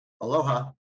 Aloha